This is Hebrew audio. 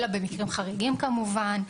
אלא במקרים חריגים כמובן.